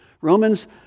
Romans